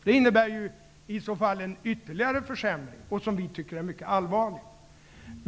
Det innebär i så fall ytterligare en försämring, som vi tycker är mycket allvarlig.